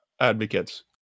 advocates